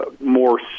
more